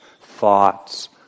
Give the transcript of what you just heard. thoughts